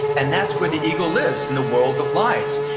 and that's where the ego lives, in the world of lies.